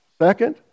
Second